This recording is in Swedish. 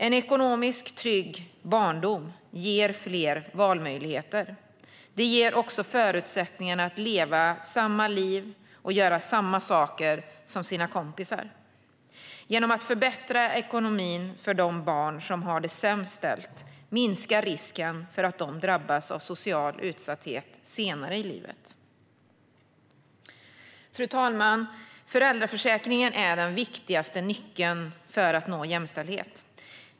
En ekonomiskt trygg barndom ger fler valmöjligheter och ger också förutsättningar att leva samma liv och göra samma saker som sina kompisar. Genom att förbättra ekonomin för de barn som har det sämst ställt minskar man risken för att de drabbas av social utsatthet senare i livet. Fru talman! Föräldraförsäkringen är den viktigaste nyckeln för att nå jämställdhet.